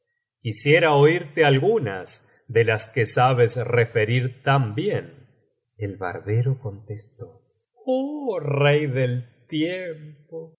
quisiera oírte algunas de las que sabes referir tan bien el barbero contestó oh rey del tiempo